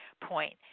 point